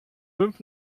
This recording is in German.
fünf